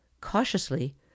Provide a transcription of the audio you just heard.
cautiously